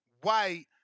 White